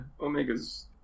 Omega's